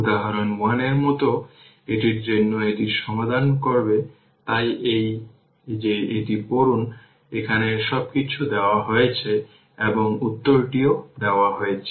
উদাহরণ 1 এর মতো এটির জন্য এটি সমাধান করবে তাই এই যে এটি পড়ুন এখানে সবকিছু দেওয়া হয়েছে এবং উত্তরটিও দেওয়া হয়েছে